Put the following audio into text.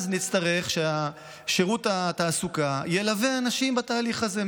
אז נצטרך ששירות התעסוקה ילווה אנשים בתהליך הזה.